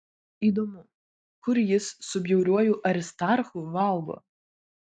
įdomu kur jis su bjauriuoju aristarchu valgo